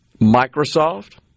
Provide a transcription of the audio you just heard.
Microsoft